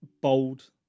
bold